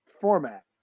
format